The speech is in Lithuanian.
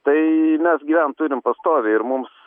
tai mes gyvent turim pastoviai ir mums